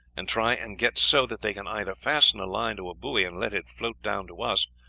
and try and get so that they can either fasten a line to a buoy and let it float down to us,